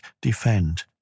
defend